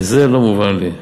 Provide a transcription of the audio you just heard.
וזה לא מובן לי.